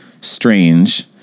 strange